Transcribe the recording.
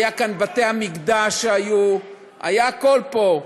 היו כאן בתי-המקדש, היה הכול פה.